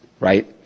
right